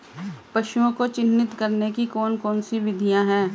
पशुओं को चिन्हित करने की कौन कौन सी विधियां हैं?